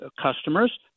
customers